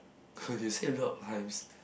could you save a lot of times